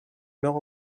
meure